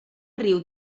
riu